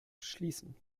schließen